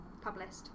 published